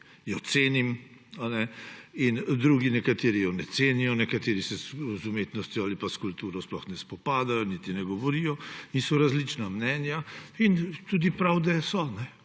jo cenim; nekateri drugi je ne cenijo, nekateri se z umetnostjo ali pa s kulturo sploh ne spopadajo, niti ne govorijo in so različna mnenja in tudi prav, da so.